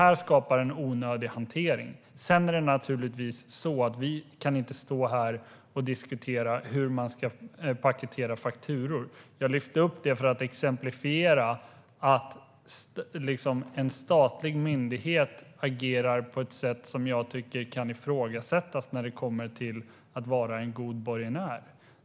Detta skapar en onödig hantering. Sedan är det naturligtvis så att vi inte kan stå här och diskutera hur man ska paketera fakturor. Jag lyfte upp det för att exemplifiera att en statlig myndighet agerar på ett sätt jag tycker kan ifrågasättas när det kommer till att vara en god borgenär.